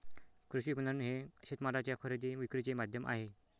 कृषी विपणन हे शेतमालाच्या खरेदी विक्रीचे माध्यम आहे